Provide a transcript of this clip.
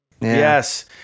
yes